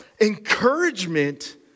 encouragement